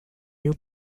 new